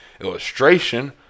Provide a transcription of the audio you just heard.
illustration